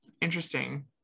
Interesting